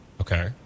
Okay